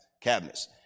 Cabinets